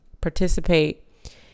participate